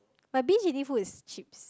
my binge eating food is chips